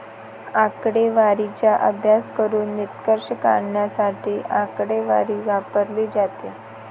आकडेवारीचा अभ्यास करून निष्कर्ष काढण्यासाठी आकडेवारी वापरली जाते